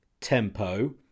tempo